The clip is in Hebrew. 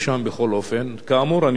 כאמור, אני לא בא אליכם בטענות,